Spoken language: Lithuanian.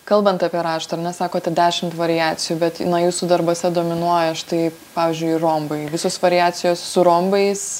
kalbant apie raštą ar ne sakote dešimt variacijų bet na jūsų darbuose dominuoja štai pavyzdžiui rombai visos variacijos su rombais